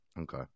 Okay